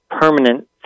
permanent